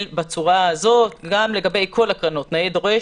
בצורה הזאת לגבי כל הקרנות נאה דורש,